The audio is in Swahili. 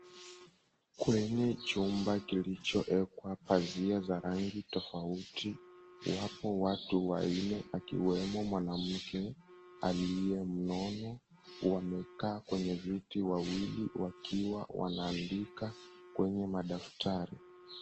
Kwenye chumba kilichoekwa pazia za rangi tofauti, wapo watu wanne akiwemo mwanamke aliyemnono wamekaa kwenye viti wawili wakiwa wanaandika kwenye madaftari.